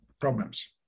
problems